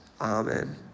Amen